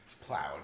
plowed